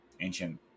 ancient